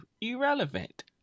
irrelevant